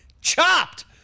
Chopped